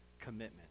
commitment